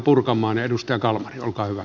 edustaja kalmari olkaa hyvä